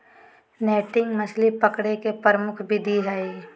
netting मछली पकडे के प्रमुख विधि हइ